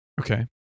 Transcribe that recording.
Okay